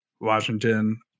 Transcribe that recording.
Washington